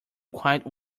quite